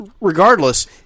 Regardless